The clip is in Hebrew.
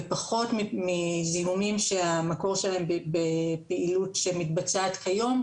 ופחות מזיהומים שהמקור שלהם בפעילות שמתבצעת כיום,